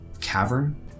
cavern